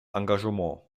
engagement